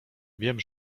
wiem